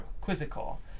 quizzical